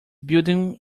building